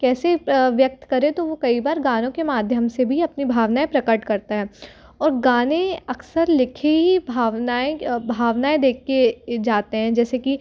कैसे व्यक्त करें तो वो कई बार गानों के माध्यम से भी अपनी भावनाऍं प्रकट करता है और गाने अक्सर लिखे ही भावनाएँ भावनाएँ देख के जाते हैं जैसे कि